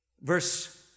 Verse